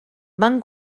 van